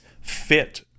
fit